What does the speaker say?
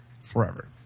forever